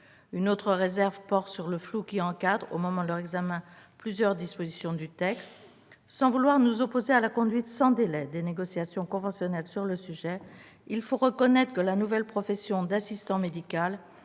Une autre réserve porte sur le flou qui encadre, au moment de leur examen, plusieurs dispositions du texte. Sans vouloir nous opposer à la conduite sans délai des négociations conventionnelles sur le sujet, il faut reconnaître que la nouvelle profession d'assistant médical